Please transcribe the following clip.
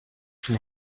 can